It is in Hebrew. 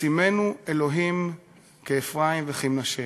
ישימנו אלוהים כאפרים וכמנשה,